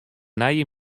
nije